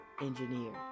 engineer